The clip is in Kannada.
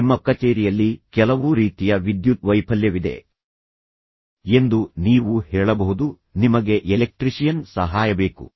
ನಿಮ್ಮ ಕಚೇರಿಯಲ್ಲಿ ಕೆಲವು ರೀತಿಯ ವಿದ್ಯುತ್ ವೈಫಲ್ಯವಿದೆ ಎಂದು ನೀವು ಹೇಳಬಹುದು ನಿಮಗೆ ಎಲೆಕ್ಟ್ರಿಷಿಯನ್ ಸಹಾಯ ಬೇಕು